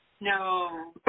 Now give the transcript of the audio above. No